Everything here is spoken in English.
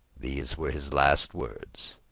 these were his last words.